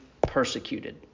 persecuted